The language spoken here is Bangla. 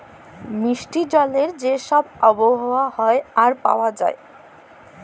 মিষ্টি জলের যে ছব আবহাওয়া হ্যয় আর পাউয়া যায়